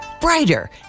brighter